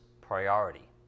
priority